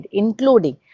including